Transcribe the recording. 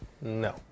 No